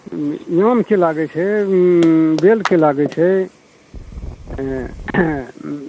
आमके लागै छै बेलके लागै छै एहिमे